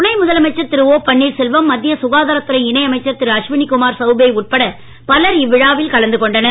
துணை முதலமைச்சர் திரு ஓ பன்னீர்செல்வம் மத்திய சுகாதாரத் துறை இணை அமைச்சர் திரு அஸ்வினி குமார் சௌபே உட்பட பலர் இவ்விழாவில் கலந்து கொண்டனர்